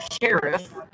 Sheriff